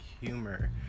humor